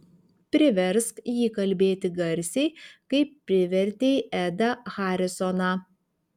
priversk jį kalbėti garsiai kaip privertei edą harisoną